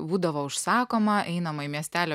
būdavo užsakoma einama į miestelio